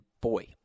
boy